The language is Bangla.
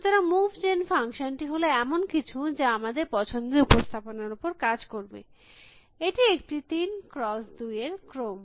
সুতরাং মুভ জেন ফাংশন টি হল এমন কিছু যা আমাদের পছন্দের উপস্থাপনার উপর কাজ করবে এটি একটি তিন ক্রস দুই এর ক্রম